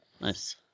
Nice